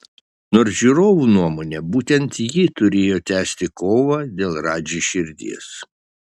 nors žiūrovų nuomone būtent ji turėjo tęsti kovą dėl radži širdies